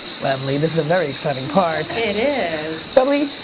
webly. this is a very exciting part. it is. webly,